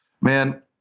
Man